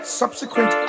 subsequent